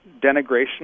denigration